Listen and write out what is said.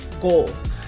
goals